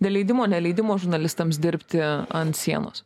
dėl leidimo neleidimo žurnalistams dirbti ant sienos